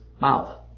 Mouth